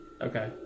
Okay